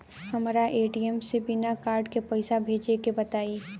हमरा ए.टी.एम से बिना कार्ड के पईसा भेजे के बताई?